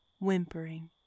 whimpering